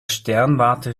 sternwarte